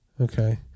Okay